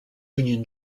union